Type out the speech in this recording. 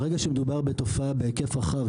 ברגע שמדובר בתופעה בהיקף רחב,